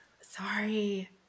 sorry